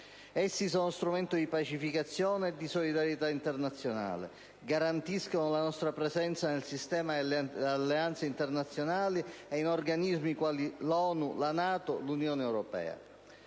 Essi sono strumento di pacificazione e di solidarietà internazionale, garantiscono la nostra presenza nel sistema delle alleanze internazionali e in organismi quali l'ONU, la NATO e l'Unione europea.